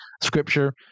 scripture